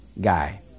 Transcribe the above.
guy